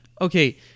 okay